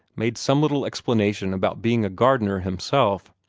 made some little explanation about being a gardener himself,